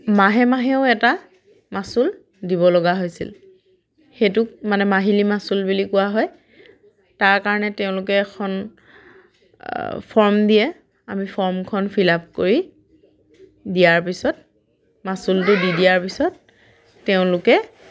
মাহে মাহেও এটা মাচুল দিব লগা হৈছিল সেইটোক মানে মহিলী মাচুল বুলি কোৱা হয় তাৰ কাৰণে তেওঁলোকে এখন ফৰ্ম দিয়ে আমি ফৰ্মখন ফিলাপ কৰি দিয়াৰ পিছত মাচুলটো দি দিয়াৰ পিছত তেওঁলোকে